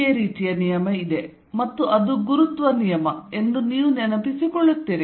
ಇದೇ ರೀತಿಯ ನಿಯಮ ಇದೆ ಮತ್ತು ಅದು ಗುರುತ್ವ ನಿಯಮ ಎಂದು ನೀವು ನೆನಪಿಸಿಕೊಳ್ಳುತ್ತೀರಿ